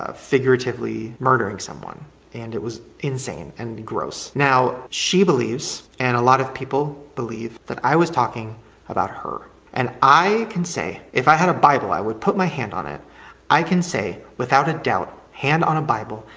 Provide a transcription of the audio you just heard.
figuratively murdering someone and it was insane and gross. now, she believes and a lot of people believe that i was talking about her and i can say if i had a bible, i would put my hand on it i can say, without a doubt, hand on a bible,